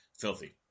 filthy